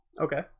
Okay